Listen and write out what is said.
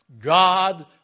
God